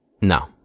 No